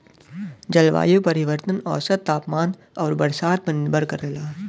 जलवायु परिवर्तन औसत तापमान आउर बरसात पर निर्भर करला